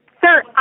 Sir